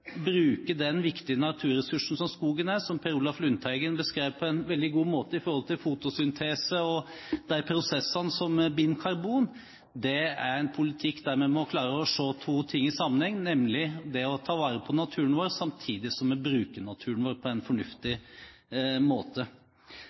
bruke den viktige naturressursen som skogen er, som Per-Olaf Lundteigen beskrev på en veldig god måte i forhold til fotosyntese og de prosessene som binder karbon, en politikk der vi må klare å se to ting i sammenheng, nemlig det å ta vare på naturen vår samtidig som vi bruker naturen på en fornuftig